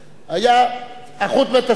היתה אחות בית-הספר.